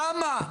למה?